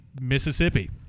Mississippi